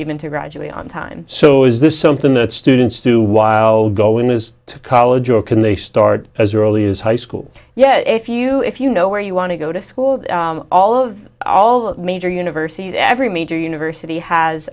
even to graduate on time so is this something that students do while go unused to college or can they start as early as high school yeah if you if you know where you want to go to school all of all major universities every major university has